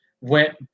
went